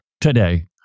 today